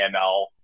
AML